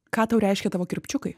ką tau reiškia tavo kirpčiukai